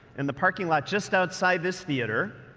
in the parking lot just outside this theater,